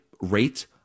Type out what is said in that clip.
rate